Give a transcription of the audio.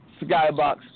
Skybox